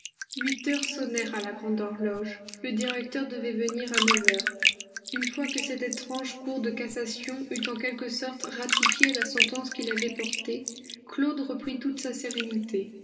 huit heures sonnèrent à la grande horloge le directeur devait venir à neuf heures une fois que cette étrange cour de cassation eut en quelque sorte ratifié la sentence qu'il avait portée claude reprit toute sa sérénité